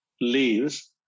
leaves